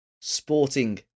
Sporting